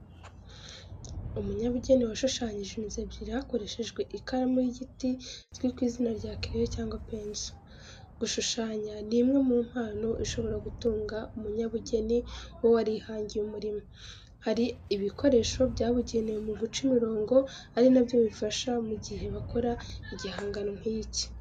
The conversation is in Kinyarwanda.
Umunyabugeni washushanyije inzu ebyeri hakoreshejwe ikaramu y’igiti izwi ku izina rya kereyo cyangwa penso. Gushushanya ni imwe mu mpano ishobora gutunga umunyabugeni uba warihangiye umurimo. Hari ibikoresho byabugenewe mu guca imirongo ari nabyo bifashisha mu gihe bakora igihangano nk'iki.